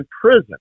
prison